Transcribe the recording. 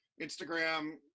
instagram